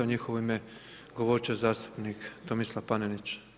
U njihovo ime govoriti će zastupnik Tomislav Panenić.